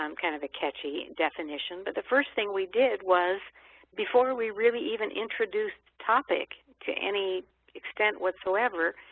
um kind of a catchy definition but the first thing we did was before we really even introduced topic to any extent whatsoever,